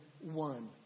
one